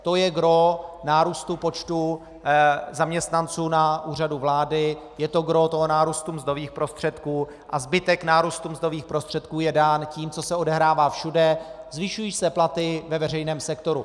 To je gros nárůstu počtu zaměstnanců na Úřadu vlády, je to gros toho nárůstu mzdových prostředků, a zbytek nárůstu mzdových prostředků je dán tím, co se odehrává všude zvyšují se platy ve veřejném sektoru.